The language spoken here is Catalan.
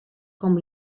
com